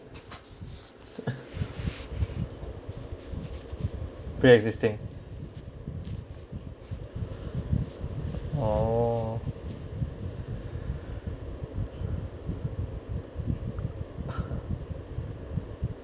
pre existing oo